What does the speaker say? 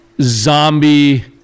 zombie